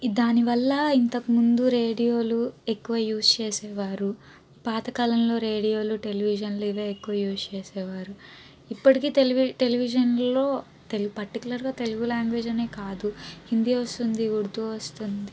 దానివల్ల ఇంతకుముందు రేడియోలు ఎక్కువ యూస్ చేసేవారు పాతకాలంలో రేడియోలు టెలివిజన్లు ఇవే ఎక్కువ యూస్ చేసేవారు ఇప్పటికీ టెలి టెలివిజన్లలో తె పర్టికులర్గా తెలుగు లాంగ్వేజ్ అనే కాదు హిందీ వస్తుంది ఉర్దూ వస్తుంది